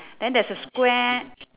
then there's a square